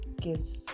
gives